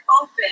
open